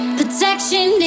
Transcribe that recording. protection